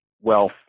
wealth